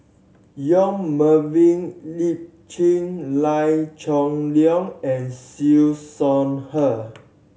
Yong Melvin Chye Liew Geok Leong and Siew Shaw Her